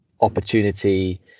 opportunity